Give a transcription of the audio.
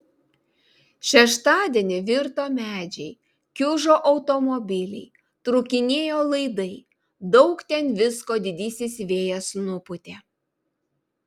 šeštadienį virto medžiai kiužo automobiliai trūkinėjo laidai daug ten visko didysis vėjas nupūtė